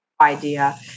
idea